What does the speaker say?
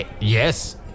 Yes